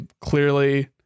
clearly